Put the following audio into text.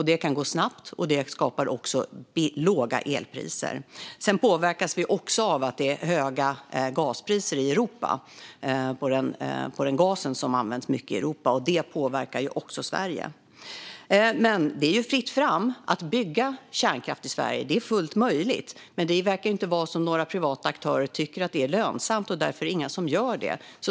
Det kan gå snabbt, och det skapar också låga elpriser. Vi påverkas dessutom av att gaspriserna i Europa är höga. I Europa används mycket gas. Detta påverkar Sverige. Det är dock fritt fram att bygga kärnkraft i Sverige. Det är fullt möjligt. Men det verkar inte finnas några privata aktörer som tycker att det är lönsamt, och därför är det inga som gör det.